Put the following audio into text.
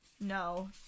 no